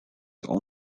own